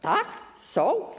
Tak? Są?